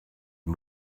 had